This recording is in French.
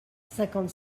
cinquante